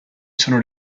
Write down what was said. sono